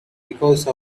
because